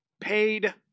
paid